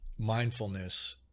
mindfulness